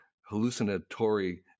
hallucinatory